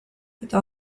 eta